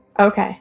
Okay